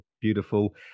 beautiful